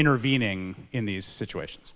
intervening in these situations